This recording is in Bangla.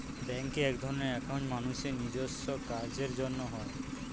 ব্যাঙ্কে একধরনের একাউন্ট মানুষের নিজেস্ব কাজের জন্য হয়